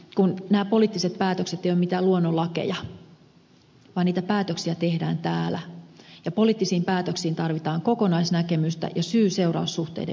mutta nämä poliittiset päätökset eivät ole mitään luonnonlakeja vaan niitä päätöksiä tehdään täällä ja poliittisiin päätöksiin tarvitaan kokonaisnäkemystä ja syyseuraus suhteiden ymmärtämistä